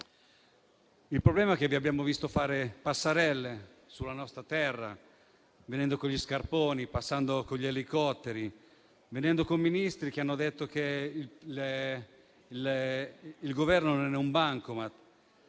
Il problema che abbiamo visto la maggioranza fare passerelle sulla nostra terra, venendo con gli scarponi, passando con gli elicotteri, venendo con Ministri che hanno detto che il Governo non è un bancomat.